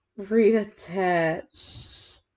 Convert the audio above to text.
Reattach